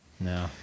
No